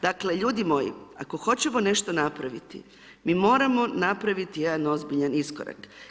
Dakle, ljudi moji, ako hoćemo nešto napraviti, mi moramo napraviti jedan ozbiljan iskorak.